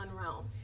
realm